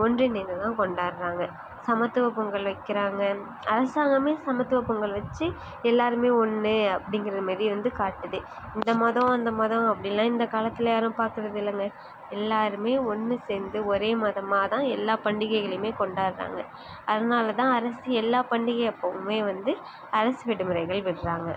ஒன்றிணைந்து தான் கொண்டாடுறாங்க சமத்துவ பொங்கல் வைக்கிறாங்க அரசாங்கமே சமத்துவ பொங்கல் வெச்சு எல்லாருமே ஒன்று அப்படிங்கிற மாரி வந்து காட்டுது இந்த மதம் அந்த மதம் அப்படின்லா இந்த காலத்தில் யாரும் பார்க்கறதில்லங்க எல்லாருமே ஒன்று சேர்ந்து ஒரே மதமாக தான் எல்லா பண்டிகைகளையுமே கொண்டாடுறாங்க அதனால தான் அரசு எல்லா பண்டிகை அப்போதுமே வந்து அரசு விடுமுறைகள் விடுறாங்க